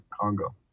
Congo